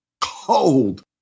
cold